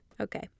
Okay